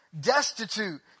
destitute